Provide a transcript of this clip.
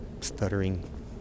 stuttering